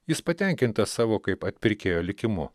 jis patenkintas savo kaip atpirkėjo likimu